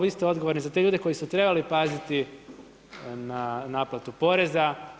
Vi ste odgovorni za te ljude koji su trebali paziti na naplatu poreza.